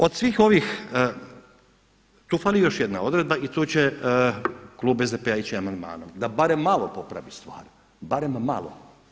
Od svih ovih, tu fali još jedna odredba i tu će klub SDP-a ići amandmanom da bar malo popravi stvar, barem malo.